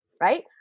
right